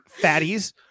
fatties